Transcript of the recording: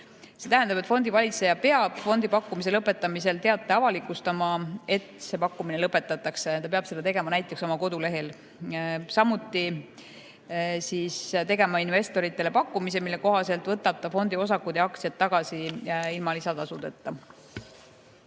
See tähendab, et fondivalitseja peab fondi pakkumise lõpetamisel avalikustama teate, et see pakkumine lõpetatakse, ta peab seda tegema näiteks oma kodulehel. Samuti peab tegema investoritele pakkumise, mille kohaselt võtab ta fondi osakud ja aktsiad tagasi ilma lisatasudeta.